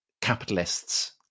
capitalists